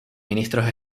ministros